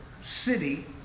city